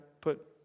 put